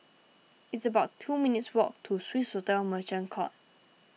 it's about two minutes' walk to Swissotel Merchant Court